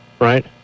Right